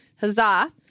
huzzah